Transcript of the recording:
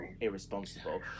irresponsible